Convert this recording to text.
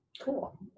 Cool